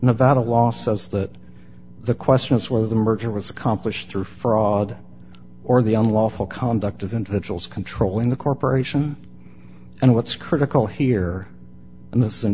nevada law says that the question is whether the merger was accomplished through fraud or the unlawful conduct of individuals controlling the corporation and what's critical here in this and